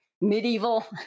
medieval